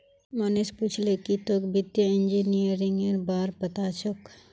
मोहनीश पूछले जे की तोक वित्तीय इंजीनियरिंगेर बार पता छोक